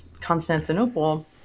Constantinople